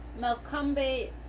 Malcombe